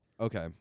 Okay